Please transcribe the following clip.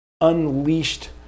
unleashed